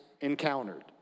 encountered